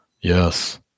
Yes